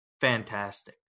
fantastic